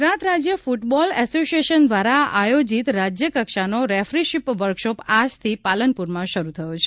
ગુજરાત રાજ્ય football association દ્વારા આયોજિત રાજ્યકક્ષાનો રેક્રીશીપ વર્કશોપ આજથી પાલનપુરમાં શરૂ થયો છે